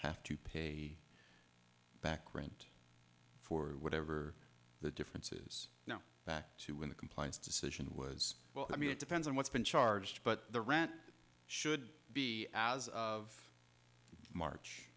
have to pay back rent for whatever the differences now back to when the compliance decision was well i mean it depends on what's been charged but the rant should be as of